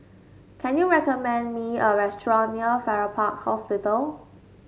can you recommend me a restaurant near Farrer Park Hospital